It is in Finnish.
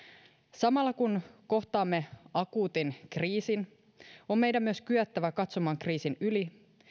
samalla kun kohtaamme akuutin kriisin on meidän myös kyettävä katsomaan kriisin yli